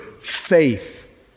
faith